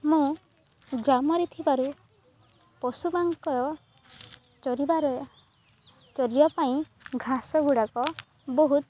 ମୁଁ ଗ୍ରାମରେ ଥିବାରୁ ପଶୁବାଙ୍କର ଚରିବାରେ ଚରିବା ପାଇଁ ଘାସ ଗୁଡ଼ାକ ବହୁତ